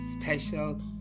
special